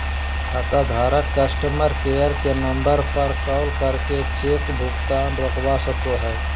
खाताधारक customer care के number पर कॉल करके चेक भुगतान रोकवा सको हय